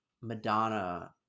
Madonna